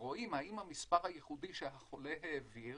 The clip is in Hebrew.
ורואים אם המספר הייחודי שהחולה העביר